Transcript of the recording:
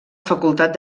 facultat